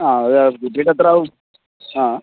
ആ ഒര് ഇപ്പോൾ ഇത് എത്ര ആവും ആ